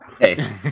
Hey